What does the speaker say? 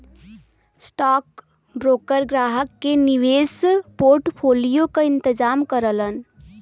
stockbroker ग्राहक के निवेश पोर्टफोलियो क इंतजाम करलन